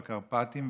בקרפטים,